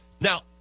Now